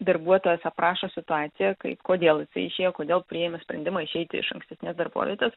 darbuotojas aprašo situaciją kai kodėl jisai išėjo kodėl priėmė sprendimą išeiti iš ankstesnės darbovietės